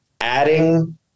adding